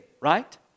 right